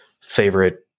favorite